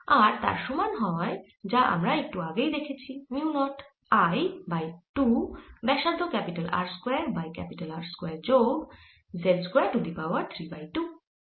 আর তার সমান হয় যা আমরা একটু আগেই দেখেছি মিউ নট I বাই 2 ব্যাসার্ধ R square by R square যোগ z square to the power 3 by 2